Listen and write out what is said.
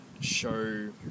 show